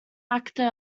actor